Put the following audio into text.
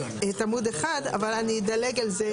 את עמוד 1, אבל אני אדלג על זה.